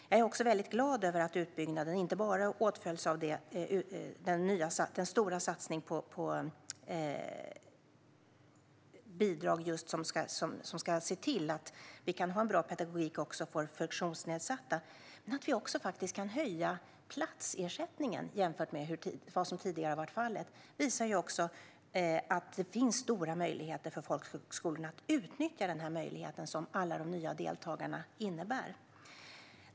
Jag är glad över att utbyggnaden inte bara åtföljs av en stor satsning på bidrag som ska se till att vi kan ha en bra pedagogik även för funktionsnedsatta utan att vi också kan höja platsersättningen jämfört med vad som tidigare har varit fallet. Detta visar att det finns stora möjligheter för folkhögskolorna att utnyttja den möjlighet som alla de nya deltagarna innebär.